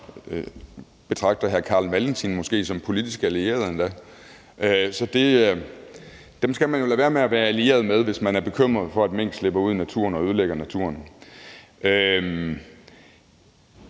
betragter hr. Carl Valentin måske endda som politisk allierede; så dem skal man jo lade være med at være allieret med, hvis man er bekymret for, at mink slipper ud i naturen og ødelægger naturen.